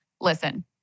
listen